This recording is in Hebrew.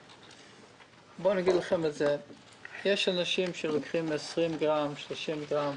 יש אנשים שלוקחים 20 גרם, 30 גרם,